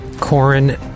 Corin